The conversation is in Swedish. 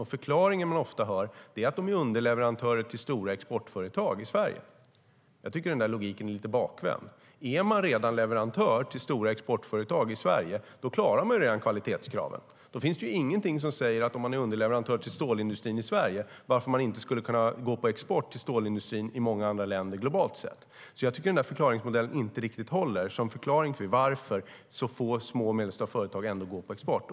Den förklaring man ofta hör är att de är underleverantörer till stora exportföretag i Sverige. Jag tycker att den där logiken är lite bakvänd. Är man redan leverantör till stora exportföretag i Sverige klarar man redan kvalitetskraven. Det finns ingenting som säger att man inte skulle kunna gå på export till stålindustrin i många andra länder globalt om man är underleverantör till stålindustrin i Sverige. Det där håller inte riktigt som förklaring till varför så få små och medelstora företag går på export.